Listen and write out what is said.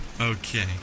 Okay